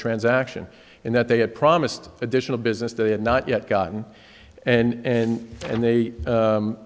transaction and that they had promised additional business they had not yet gotten and and they